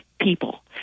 people